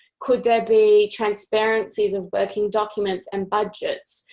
could there be transparencies of working documents and budgets,